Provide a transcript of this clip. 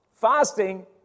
Fasting